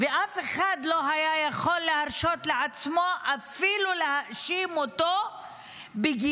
ואף אחד לא היה יכול להרשות לעצמו אפילו להאשים אותו בגישה